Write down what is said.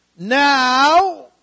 Now